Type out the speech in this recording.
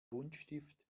buntstift